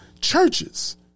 churches